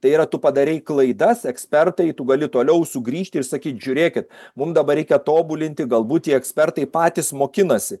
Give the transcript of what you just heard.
tai yra tu padarei klaidas ekspertai tu gali toliau sugrįžti ir sakyt žiūrėkit mum dabar reikia tobulinti galbūt tie ekspertai patys mokinasi